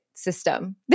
system